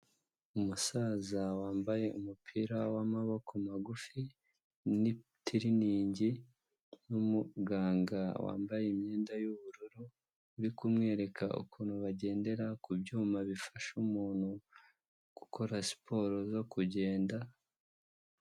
Umusaza wambaye umupira w'amaboko magufi n'itiriningi n'umuganga wambaye imyenda y'ubururu uri kumwereka ukuntu bagendera ku byuma bifasha umuntu gukora siporo zo kugenda.